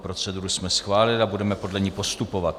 Proceduru jsme schválili a budeme podle ní postupovat.